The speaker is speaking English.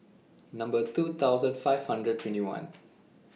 Number two thousand five hundred twenty one